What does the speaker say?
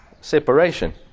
separation